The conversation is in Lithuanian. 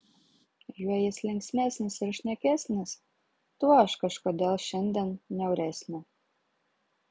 juo jis linksmesnis ir šnekesnis tuo aš kažkodėl šiandien niauresnė